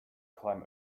climb